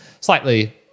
slightly